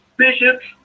Bishops